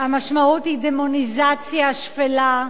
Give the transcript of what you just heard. המשמעות היא דמוניזציה שפלה,